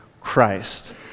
Christ